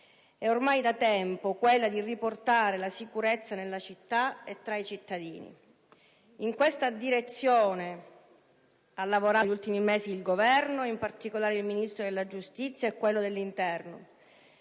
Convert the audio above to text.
è ormai da tempo quella di riportare la sicurezza nelle città e tra i cittadini. In questa direzione ha lavorato, negli ultimi mesi, il Governo e in particolare il Ministro della giustizia e quello dell'interno,